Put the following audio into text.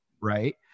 Right